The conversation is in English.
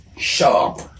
Sharp